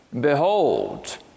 behold